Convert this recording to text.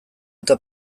eta